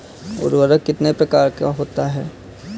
उर्वरक कितने प्रकार का होता है?